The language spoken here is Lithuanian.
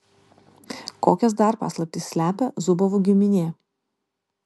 kokias dar paslaptis slepia zubovų giminė